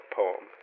poem